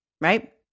right